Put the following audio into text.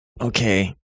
okay